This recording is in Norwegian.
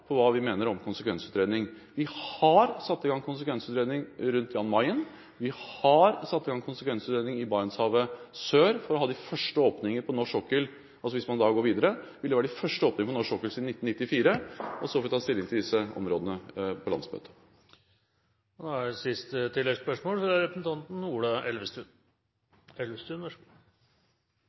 på hva vi mener om konsekvensutredning. Vi har satt i gang konsekvensutredning rundt Jan Mayen, vi har satt i gang konsekvensutredning i Barentshavet sør. Hvis man da går videre, vil det være de første åpninger på norsk sokkel siden 1994. Og så får vi ta stilling til disse områdene på landsmøtet. Ola Elvestuen – til oppfølgingsspørsmål. Dette var interessant, for i uttalelsene fra Ola